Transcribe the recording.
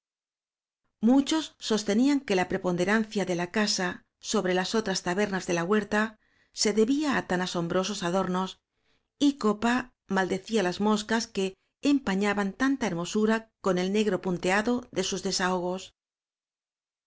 muchos sostenían que la preponderancia de la casa sobre las otras tabernas de la huerta se debía á tan asombrosos adornos y copa maldecía las moscas que empañaban tanta hermosura con el negro punteado de sus